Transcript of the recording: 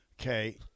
Okay